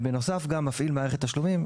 בנוסף, הן גם מפעילות מערכת תשלומים.